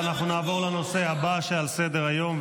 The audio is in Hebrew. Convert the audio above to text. אנחנו נעבור לנושא הבא שעל סדר-היום,